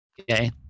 Okay